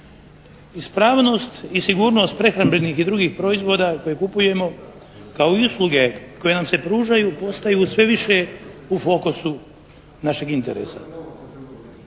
Ispravnost i sigurnost prehrambenih i drugih proizvoda koje kupujemo kao i usluge koje nam se pružaju, postaju sve više u fokusu našeg interesa